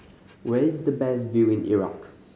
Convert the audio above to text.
where is the best view in Iraq